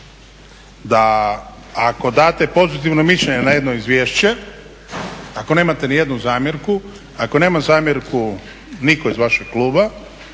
Da ako date pozitivno mišljenje na jedno izvješće, ako nemate nijednu zamjerku, ako nema zamjerku nitko iz vašeg kluba,